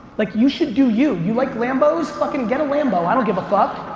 like you should do you. you like lambo's? fuckin' get a lambo. i don't give a fuck.